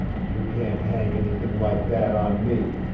you can't hang anything like that on me!